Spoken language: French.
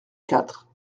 quatre